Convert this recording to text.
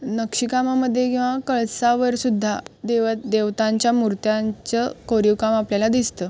नक्षीकामामध्ये किंवा कळसावरसुद्धा देव देवतांच्या मूर्त्यांचं कोरीवकाम आपल्याला दिसतं